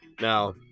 Now